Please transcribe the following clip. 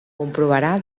comprovarà